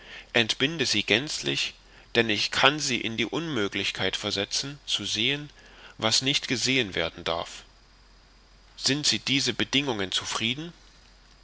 entbinde sie gänzlich denn ich kann sie in die unmöglichkeit versetzen zu sehen was nicht gesehen werden darf sind sie diese bedingungen zufrieden